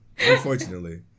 Unfortunately